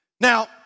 Now